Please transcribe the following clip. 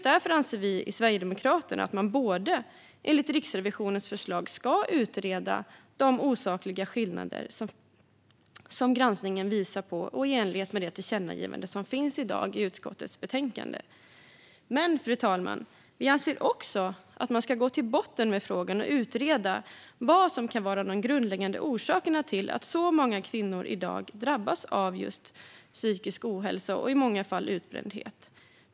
Därför anser vi i Sverigedemokraterna att man i enlighet med Riksrevisionens förslag ska utreda de osakliga skillnader som granskningen visar på, vilket ingår i det tillkännagivande som föreslås i utskottets betänkande. Men, fru talman, vi anser också att man ska gå till botten med frågan och utreda vad som kan vara de grundläggande orsakerna till att så många kvinnor i dag drabbas av just psykisk ohälsa och i många fall utbrändhet.